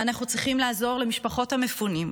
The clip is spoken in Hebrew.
ואנחנו צריכים לעזור למשפחות המפונים,